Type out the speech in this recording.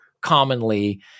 commonly